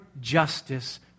justice